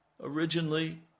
Originally